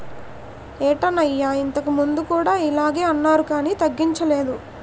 ఏటన్నయ్యా ఇంతకుముందు కూడా ఇలగే అన్నారు కానీ తగ్గించలేదు